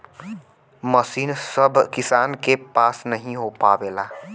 मसीन सभ किसान के पास नही हो पावेला